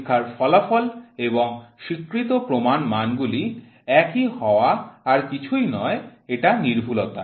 পরীক্ষার ফলাফল এবং স্বীকৃত প্রমাণ মানগুলি একই হওয়া আর কিছুই নয় এটা নির্ভুলতা